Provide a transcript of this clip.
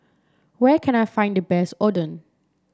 where can I find the best Oden